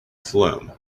phlegm